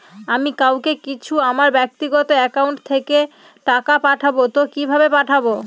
আমি কাউকে কিছু আমার ব্যাক্তিগত একাউন্ট থেকে টাকা পাঠাবো তো কিভাবে পাঠাবো?